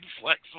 Flex